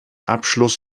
abschluss